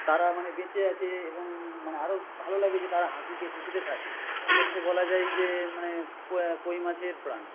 তারা মানে বেঁচে আছে এবং মানে আরও ভালো লাগে যে তারা হাসিতে খুশিতে থাকে এক্ষেত্রে বলা যায় যে মানে কই মাছের প্রাণ